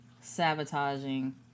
sabotaging